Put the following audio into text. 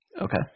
Okay